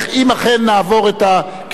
אם אכן נעבור את הקריאות.